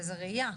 וזה ראייה.